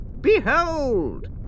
Behold